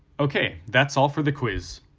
okay, that's all for the quiz.